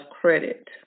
credit